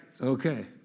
Okay